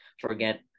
forget